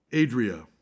Adria